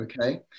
okay